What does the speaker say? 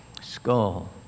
skull